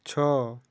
ଛଅ